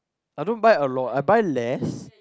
I don't buy a lot I buy less